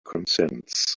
consents